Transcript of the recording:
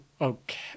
okay